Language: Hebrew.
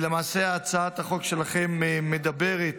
למעשה הצעת החוק שלכם מדברת